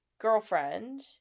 girlfriend